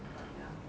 but ya